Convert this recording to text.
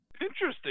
Interesting